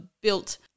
built